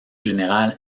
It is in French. général